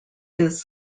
his